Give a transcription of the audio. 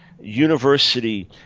university